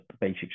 basic